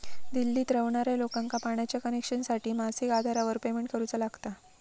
दिल्लीत रव्हणार्या लोकांका पाण्याच्या कनेक्शनसाठी मासिक आधारावर पेमेंट करुचा लागता